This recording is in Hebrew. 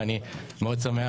אני שמח